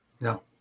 no